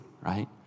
right